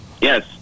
Yes